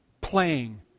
playing